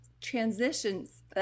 transitions